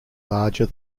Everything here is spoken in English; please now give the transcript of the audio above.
larger